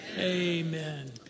Amen